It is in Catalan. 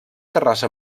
terrassa